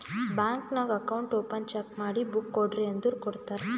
bank ನಾಗ್ account open cheque ಮಾಡಿ book ಕೊಡ್ರಿ ಅಂದುರ್ ಕೊಡ್ತಾರ್